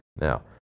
Now